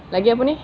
lagi apa ni